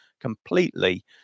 completely